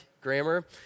grammar